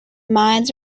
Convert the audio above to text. mines